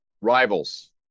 Rivals